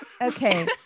Okay